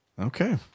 Okay